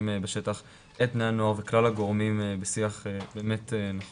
בשטח את בני הנוער וכלל הגורמים בשיח נכון.